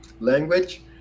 language